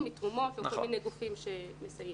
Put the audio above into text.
מתרומות או מכל מיני גופים שמסייעים.